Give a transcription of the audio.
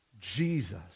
Jesus